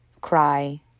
cry